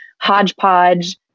hodgepodge